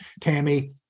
Tammy